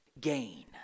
gain